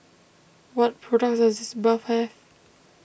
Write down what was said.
what products does Sitz Bath have